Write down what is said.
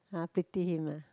ah pity him ah